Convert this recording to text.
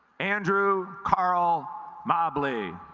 andrew karl mably